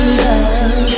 love